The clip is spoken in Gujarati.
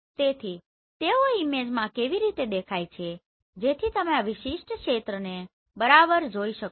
તેથી તેઓ ઈમેજમાં કેવી રીતે દેખાય છે જેથી તમે આ વિશિષ્ટ ક્ષેત્રને બરાબર જોઈ શકો